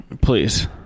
Please